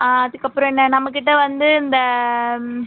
ஆ அதுக்கப்புறம் என்ன நம்மகிட்ட வந்து இந்த